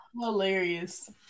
Hilarious